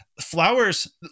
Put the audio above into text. flowers